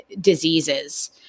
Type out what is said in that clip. diseases